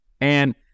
And-